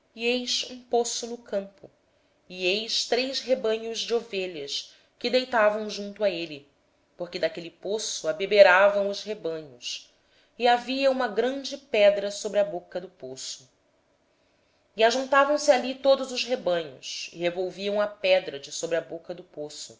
ali um poço no campo e três rebanhos de ovelhas deitadas junto dele pois desse poço se dava de beber aos rebanhos e havia uma grande pedra sobre a boca do poço ajuntavam se ali todos os rebanhos os pastores removiam a pedra da boca do poço